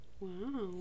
Wow